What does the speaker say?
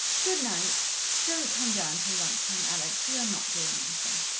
good-night don't come down till lunch-time, alex we are not doing anything.